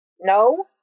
No